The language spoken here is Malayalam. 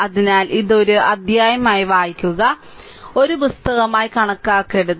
അതിനാൽ ഇത് ഒരു അധ്യായമായി വായിക്കുക ഒരു പുസ്തകമായി കണക്കാക്കരുത്